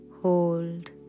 hold